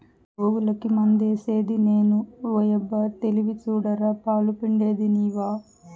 గోవులకి మందేసిది నేను ఓయబ్బో తెలివి సూడరా పాలు పిండేది నీవా